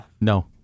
No